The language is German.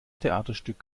theaterstück